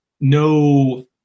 no